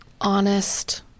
honest